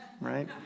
right